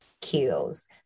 kills